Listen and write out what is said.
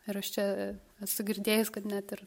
ir aš čia esu girdėjus kad net ir